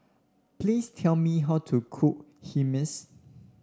please tell me how to cook Hummus